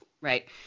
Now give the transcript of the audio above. Right